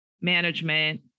management